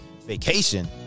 vacation